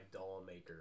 Dollmaker